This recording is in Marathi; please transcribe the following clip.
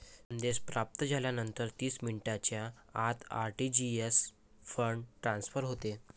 संदेश प्राप्त झाल्यानंतर तीस मिनिटांच्या आत आर.टी.जी.एस फंड ट्रान्सफर होते